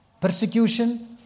Persecution